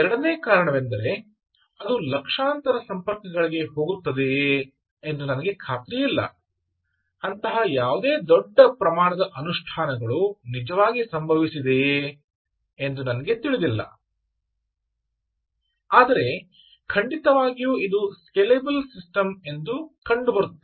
ಎರಡನೆಯ ಕಾರಣವೆಂದರೆ ಅದು ಲಕ್ಷಾಂತರ ಸಂಪರ್ಕಗಳಿಗೆ ಹೋಗುತ್ತದೆಯೆ ಎಂದು ನನಗೆ ಖಾತ್ರಿಯಿಲ್ಲ ಅಂತಹ ಯಾವುದೇ ದೊಡ್ಡ ಪ್ರಮಾಣದ ಅನುಷ್ಠಾನಗಳು ನಿಜವಾಗಿ ಸಂಭವಿಸಿದೆಯೇ ಎಂದು ನನಗೆ ತಿಳಿದಿಲ್ಲ ಆದರೆ ಖಂಡಿತವಾಗಿಯೂ ಇದು ಸ್ಕೇಲೆಬಲ್ ಸಿಸ್ಟಮ್ ಎಂದು ಕಂಡುಬರುತ್ತದೆ